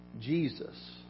Jesus